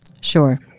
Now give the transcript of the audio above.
Sure